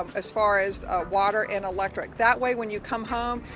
um as far as water and electric, that way when you come home,